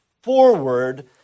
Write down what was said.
forward